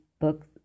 books